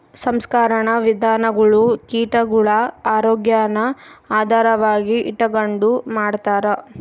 ಸಂಸ್ಕರಣಾ ವಿಧಾನಗುಳು ಕೀಟಗುಳ ಆರೋಗ್ಯಾನ ಆಧಾರವಾಗಿ ಇಟಗಂಡು ಮಾಡ್ತಾರ